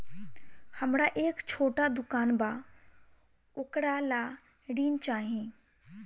हमरा एक छोटा दुकान बा वोकरा ला ऋण चाही?